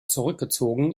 zurückgezogen